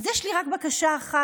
אז יש לי רק בקשה אחת: